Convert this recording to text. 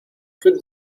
put